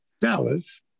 Dallas